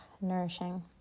nourishing